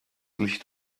licht